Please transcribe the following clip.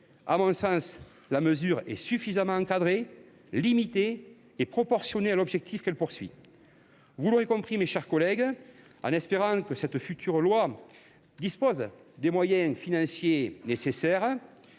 À mon sens, la mesure est suffisamment encadrée, limitée et proportionnée à l’objectif qu’elle vise. Vous l’aurez compris, mes chers collègues, tout en espérant que ce texte soit accompagné des moyens financiers nécessaires,